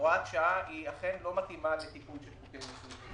הוראת שעה היא אכן לא מתאימה לטיפול בחוקי יסוד,